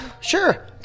Sure